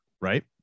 right